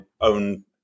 own